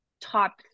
top